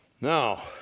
Now